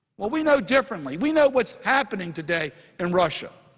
well, we know differently. we know what's happening today in russia.